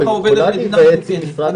ככה עובדת מדינה מתוקנת.